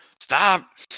stop